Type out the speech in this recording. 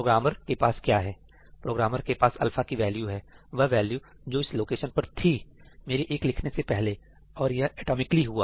programmer के पास क्या है प्रोग्रामर के पास अल्फा की वैल्यू है वह वैल्यू जो इस लोकेशन पर थी मेरे एक लिखने से पहले और यह एटॉमिकली हुआ